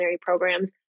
programs